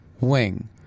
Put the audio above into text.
wing